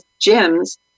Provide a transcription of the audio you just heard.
gyms